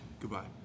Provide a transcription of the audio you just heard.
Goodbye